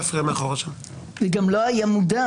מודע